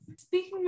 speaking